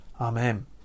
Amen